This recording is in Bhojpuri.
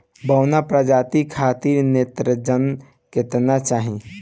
बौना प्रजाति खातिर नेत्रजन केतना चाही?